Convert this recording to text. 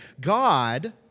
God